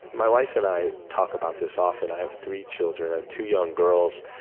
my wife and i talk about this often. i have three children. i have two young girls.